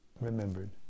remembered